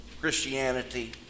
Christianity